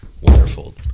wonderful